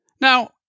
Now